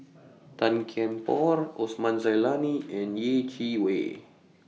Tan Kian Por Osman Zailani and Yeh Chi Wei